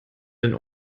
den